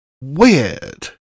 Weird